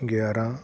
ਗਿਆਰ੍ਹਾਂ